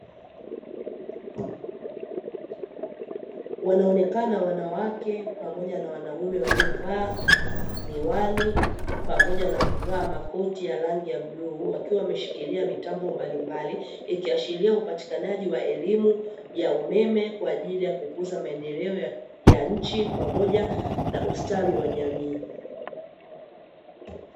Wanaonekana wanawake pamoja na wanaume, waliovaa miwani pamoja na kuvaa makoti ya rangi ya bluu, wakiwa wameshikilia mitambo mbalimbali; ikiashiria upatikanaji wa elimu ya umeme kwa ajili ya kukuza maendeleo ya nchi, pamoja na ustawi wa jamii.